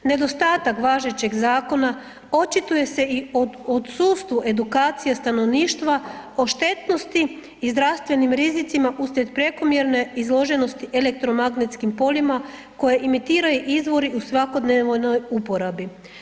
Nedostatak važećeg zakona očituje se i u odsustvu edukacije stanovništva o štetnosti i zdravstvenim rizicima usred prekomjerno izloženosti elektromagnetskim poljima koje imitiraju izvori u svakodnevnoj uporabi.